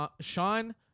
Sean